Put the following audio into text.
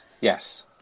Yes